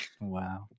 Wow